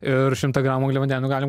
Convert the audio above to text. ir šimtą gramų angliavandenių galim